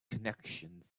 connections